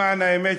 למען האמת,